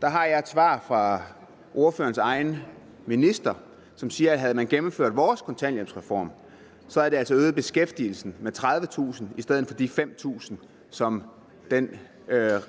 fra en minister fra ordførerens eget parti, hvor der står, at havde man gennemført Liberal Alliances kontanthjælpsreform, havde det altså øget beskæftigelsen med 30.000 i stedet for de 5.000, som i den